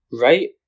Right